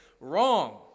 Wrong